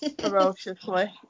ferociously